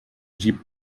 jeep